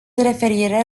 referire